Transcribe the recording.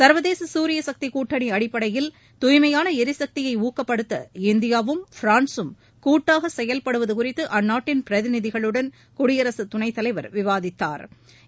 சா்வதேச சூரியசக்தி கூட்டணி அடிப்படையில் தூய்மையான எரிசக்தியை ஊக்கப்படுத்த இந்தியாவும் பிரான்சும் கூட்டாக செயல்படுவது குறித்து அந்நாட்டின் பிரதிநிதிகளுடன் குடியரசுத் துணைத்தலைவர் விவாதித்தாா்